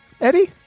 Eddie